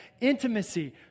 intimacy